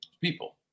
people